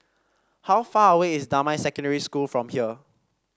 how far away is Damai Secondary School from here